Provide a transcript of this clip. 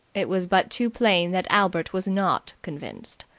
it was but too plain that albert was not convinced.